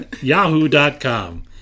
Yahoo.com